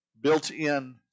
built-in